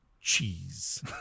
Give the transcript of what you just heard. cheese